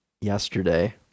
yesterday